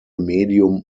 medium